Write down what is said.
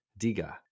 diga